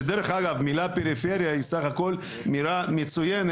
שדרך אגב המילה פריפריה היא בסך הכל מילה מצוינת,